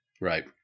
right